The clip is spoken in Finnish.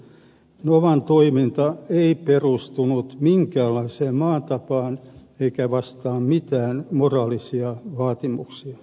novan toiminta ei perustunut minkäänlaiseen maan tapaan eikä vastaa mitään moraalisia vaatimuksia